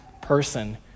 person